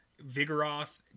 Vigoroth